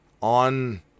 on